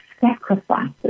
sacrifices